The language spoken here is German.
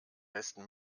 besten